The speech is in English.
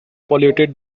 polluted